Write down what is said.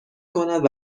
کند